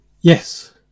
Yes